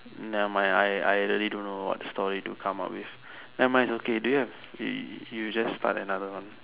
nevermind I I really don't know what story to come up with nevermind it's okay do you have you just start another one